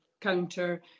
counter